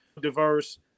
diverse